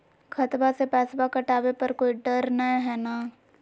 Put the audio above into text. खतबा से पैसबा कटाबे पर कोइ डर नय हय ना?